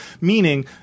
meaning